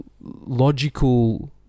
logical